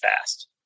fast